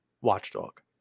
watchdog